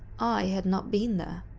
i had not been there.